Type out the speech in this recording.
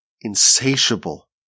insatiable